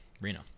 Reno